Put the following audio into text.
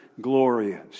glorious